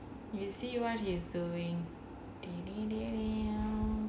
you see what he's doing